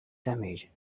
damage